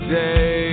day